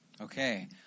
Okay